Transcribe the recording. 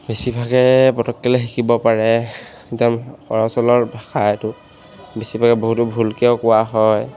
বেছিভাগে পটককেনে শিকিব পাৰে একদম সহজ সৰল ভাষা এইটো বেছিভাগে বহুতো ভুলকৈও কোৱা হয়